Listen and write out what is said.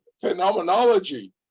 Phenomenology